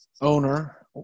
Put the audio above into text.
owner